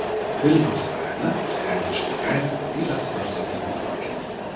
vilniaus rajone skaidiškių kaime vyras virto gyvu fakelu